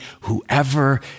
whoever